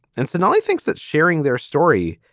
and sonali thinks that sharing their story,